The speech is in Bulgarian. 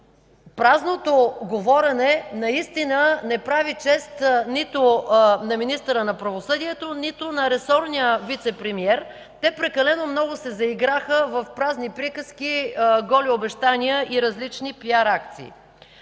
празното говорене не прави чест нито на министъра на правосъдието, нито на ресорния вицепремиер. Те прекалено много се заиграха в празни приказки, голи обещания и различни пиар-акции.